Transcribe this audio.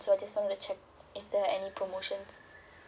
so I just want to check if there any promotion